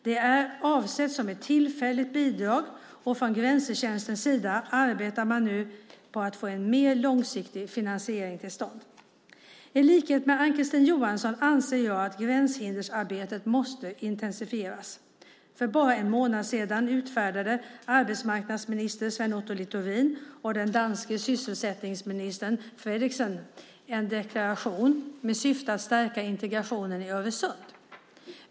Det är avsett som ett tillfälligt bidrag och från Grensetjänstens sida arbetar man nu på att få en mer långsiktig finansiering till stånd. I likhet med Ann-Kristine Johansson anser jag att gränshindersarbetet måste intensifieras. För bara en månad sedan utfärdade arbetsmarknadsminister Sven Otto Littorin och den danske sysselsättningsministern Frederiksen en deklaration med syfte att stärka integrationen i Öresund.